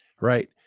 right